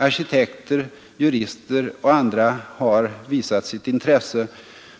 Arkitekter, jurister och andra har visat sitt intresse